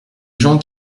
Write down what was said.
gens